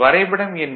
வரைபடம் எண்